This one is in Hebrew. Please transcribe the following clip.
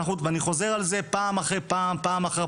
אני חוזר על כך פעם אחר פעם,